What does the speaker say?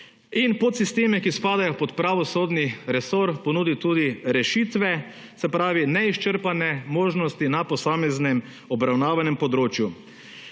podsisteme, ki spadajo pod pravosodni resor, ponudil tudi rešitve, se pravi, neizčrpane možnosti na posameznem obravnavanem področju.